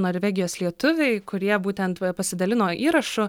norvegijos lietuviai kurie būtent pasidalino įrašu